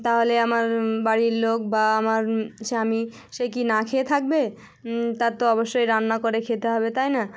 তাহলে আমার বাড়ির লোক বা আমার স্বামী সে কি না খেয়ে থাকবে তার তো অবশ্যই রান্না করে খেতে হবে তাই না